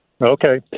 Okay